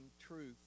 truth